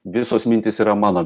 visos mintys yra mano